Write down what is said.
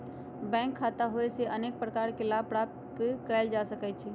bank खता होयेसे अनेक प्रकार के लाभ प्राप्त कएल जा सकइ छै